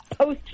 Post